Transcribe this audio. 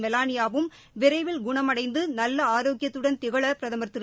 மெலானியாவும் விரைவில் குணமடைந்து நல்ல ஆரோக்கியத்துடன் திகழ பிரதமா் திரு